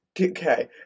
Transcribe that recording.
Okay